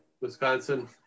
Wisconsin